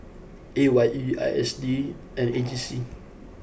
A Y E I S D and A G C